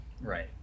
Right